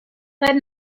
let